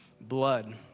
blood